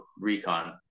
recon